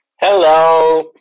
Hello